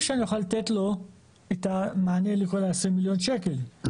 שאני אוכל לתת לו את המענה לכל ה-20 מיליון שקל,